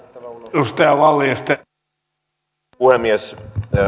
arvoisa puhemies